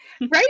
right